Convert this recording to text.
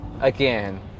Again